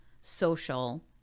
social